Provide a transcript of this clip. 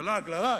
זה לעג לרש,